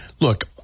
Look